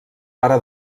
pare